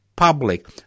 public